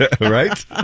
Right